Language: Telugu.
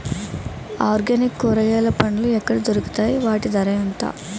ఆర్గనిక్ కూరగాయలు పండ్లు ఎక్కడ దొరుకుతాయి? వాటి ధర ఎంత?